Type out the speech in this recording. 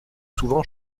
souvent